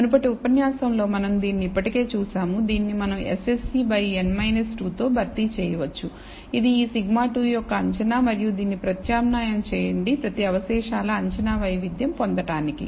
మునుపటి ఉపన్యాసంలో మనం దీనిని ఇప్పటికే చూశాము దీనిని మనం SSEn 2 తో భర్తీ చేయవచ్చు ఇది ఈ σ2 యొక్క అంచనా మరియు దీనిని ప్రత్యామ్నాయం చేయండి ప్రతి అవశేషాల అంచనా వైవిధ్యాన్ని పొందడానికి